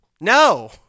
No